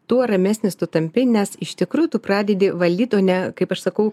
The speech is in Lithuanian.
tuo ramesnis tu tampi nes iš tikrųjų tu pradedi valdyt o ne kaip aš sakau